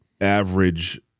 average